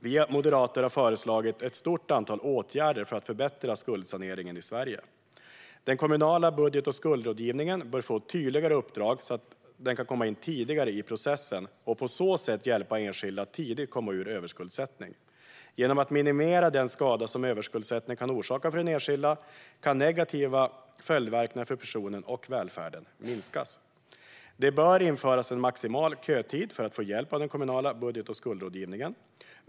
Vi moderater har föreslagit ett stort antal åtgärder för att förbättra skuldsaneringen i Sverige: Den kommunala budget och skuldrådgivningen bör få ett tydligare uppdrag så att den kan komma in tidigare i processen och på så sätt hjälpa enskilda att tidigt komma ur överskuldsättning. Genom att den skada som överskuldsättning kan orsaka för den enskilde minimeras kan negativa följdverkningar för personen och välfärden minskas. Det bör införas en maximal kötid för att få hjälp av den kommunala budget och skuldrådgivningen.